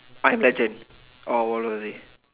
I am legend or world war Z